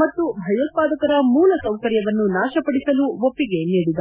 ಮತ್ತು ಭಯೋತ್ಪಾದಕರ ಮೂಲಸೌಕರ್ಯವನ್ನು ನಾಶಪಡಿಸಲು ಒಪ್ಪಿಗೆ ನೀಡಿದವು